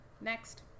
next